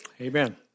Amen